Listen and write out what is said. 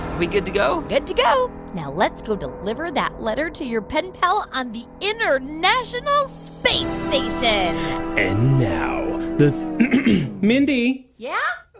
we good to go? good to go. now let's go deliver that letter to your pen pal on the international space station and now the mindy? yeah?